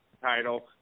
title